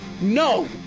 No